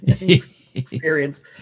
experience